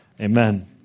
Amen